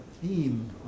theme